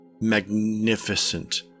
magnificent